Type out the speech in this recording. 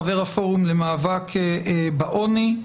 חבר הפורום למאבק בעוני,